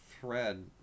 thread